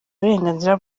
uburenganzira